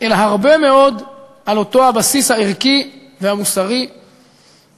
אלא הרבה מאוד על אותו הבסיס הערכי והמוסרי שהחברה